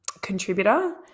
contributor